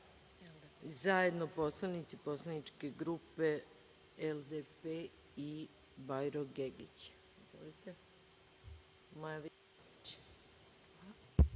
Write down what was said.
zajedno poslanici poslaničke grupe LDP i Bajro Gegić. Maja